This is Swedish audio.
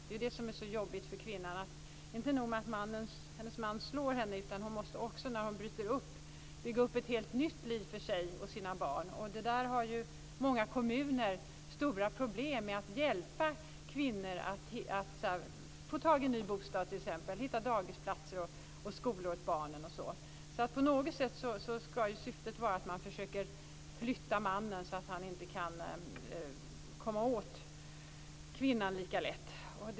Det som är så jobbigt för kvinnan är att det inte är nog med att hennes man slår henne. Hon måste dessutom, när hon bryter upp, bygga upp ett helt nytt liv för sig och sina barn. Många kommuner har stora problem med att hjälpa kvinnor att få tag i ny bostad, hitta dagisplatser och skolor åt barnen. Syftet ska vara att man försöker flytta mannen så att han inte kan komma åt kvinnan lika lätt.